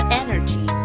energy